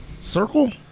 Circle